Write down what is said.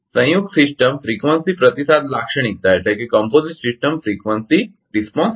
સંયુક્ત system frequency પ્રતિસાદ લાક્ષણિકતા છે બરાબર